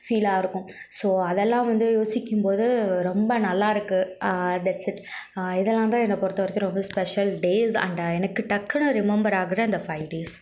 ஃபீலாக இருக்கும் ஸோ அதெல்லாம் வந்து யோசிக்கும்போது ரொம்ப நல்லாயிருக்கு தட்ஸ் இட் இதெல்லாம்தான் என்ன பொருத்த வரைக்கும் ரொம்ப ஸ்பெஷல் டேஸ் அண்டு எனக்கு டக்குனு ரிமெம்பர் ஆகிற இந்த ஃபைவ் டேஸ்